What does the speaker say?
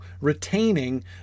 retaining